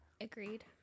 Agreed